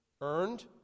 earned